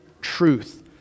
truth